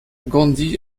gandhi